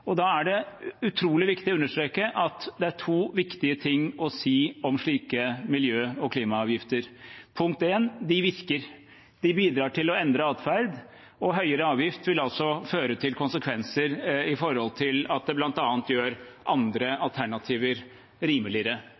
Da er det utrolig viktig å understreke at det er to viktige ting å si om slike miljø- og klimaavgifter. For det første: De virker. De bidrar til å endre adferd, og høyere avgift vil altså føre til konsekvenser ved at det bl.a. gjør andre alternativer rimeligere.